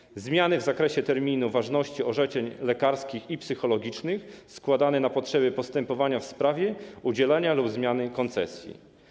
Zaproponowano zmiany w zakresie terminu ważności orzeczeń lekarskich i psychologicznych wydawanych na potrzeby postępowania w sprawie udzielenia lub zmiany koncesji.